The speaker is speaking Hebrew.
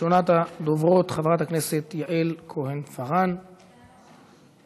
הנושא יועבר, בעזרת השם, להמשך דיון בוועדת